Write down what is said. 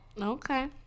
Okay